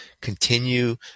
continue